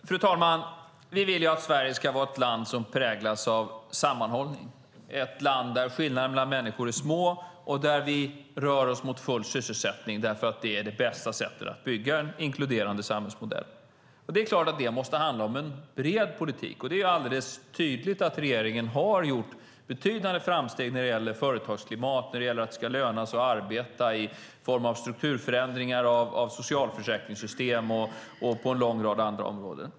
Fru talman! Vi vill att Sverige ska vara ett land som präglas av sammanhållning, ett land där skillnaderna mellan människor är små och där vi rör oss mot full sysselsättning eftersom det är det bästa sättet att bygga en inkluderande samhällsmodell. Det är klart att det måste handla om en bred politik. Det är alldeles tydligt att regeringen har gjort betydande framsteg när det gäller företagsklimat, att det ska löna sig att arbeta, strukturförändringar i socialförsäkringssystem och på en lång rad andra områden.